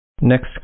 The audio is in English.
Next